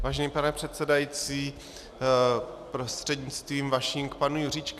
Vážený pane předsedající, prostřednictvím vaším k panu Juříčkovi.